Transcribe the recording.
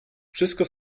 wszystko